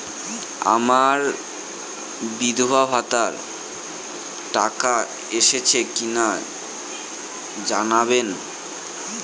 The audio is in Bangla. আমার বিধবাভাতার টাকা এসেছে কিনা জানাবেন?